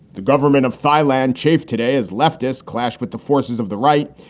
the government of thailand chief today is leftist clash with the forces of the right.